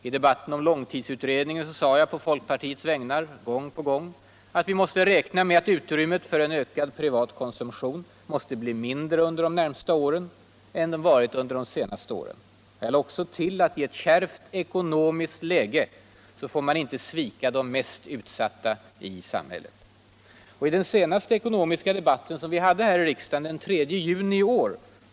I debatten om långtidsutredningen sade Jag på fölkpartiets vägnar gång på fång att vi maste räkna med att ut rvmmet för en ökad privatkonsumtion blir mindre under de närnraste debatt + Allmänpolitisk debatt åren än under de senaste. Jag tillade också att man i ett kärvt ekonomiskt läge inte får svika de mest utsatta i samhillet. Och i den senaste ekonomiska debatten i riksdagen, den 3 juni i år.